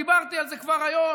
ודיברתי על זה כבר היום,